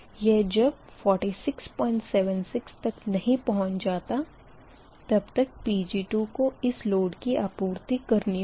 यह जब 4676 तक नही पहुँच जाता तब तक Pg2 को इस लोड की आपूर्ति करनी होगी